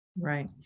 Right